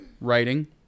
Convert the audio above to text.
writing